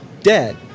dead